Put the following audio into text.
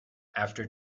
after